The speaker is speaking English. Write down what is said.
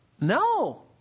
No